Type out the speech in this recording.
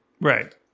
Right